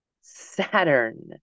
Saturn